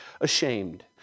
ashamed